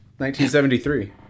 1973